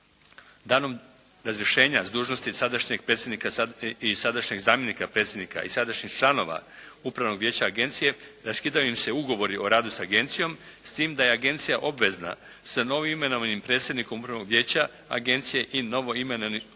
sadašnjeg predsjednika i sadašnjeg zamjenika predsjednika i sadašnjih članova Upravnog vijeća Agencije, raskidaju im se ugovori o radu s Agencijom, s tim da je Agencija obvezna sa novim imenovanim predsjednikom upravnog vijeća Agencije i novoimenovanim članovima